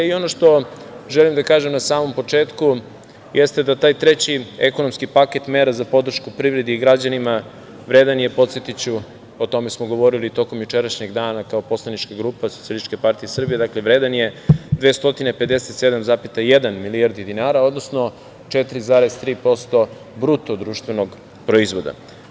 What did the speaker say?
Ono što želim da kažem na samom početku jeste da taj treći ekonomski paket mera za podršku privredi i građanima, vredan je i podsetiću, o tome smo govorili tokom jučerašnjeg dana kao poslanička grupa SPS vredan je 257,1 milijardu dinara, odnosno 4,3% bruto društvenog proizvoda.